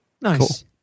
Nice